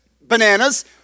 bananas